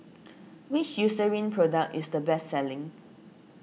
which Eucerin product is the best selling